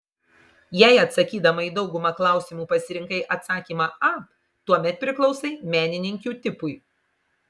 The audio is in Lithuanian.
jei atsakydama į daugumą klausimų pasirinkai atsakymą a tuomet priklausai menininkių tipui